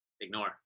ignore